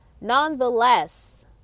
nonetheless